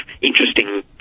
interesting